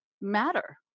matter